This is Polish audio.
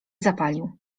zapalił